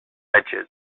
edges